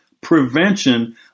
prevention